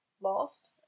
lost